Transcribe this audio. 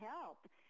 help